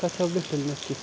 कशावर भेटेल नक्की